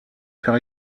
faire